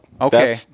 Okay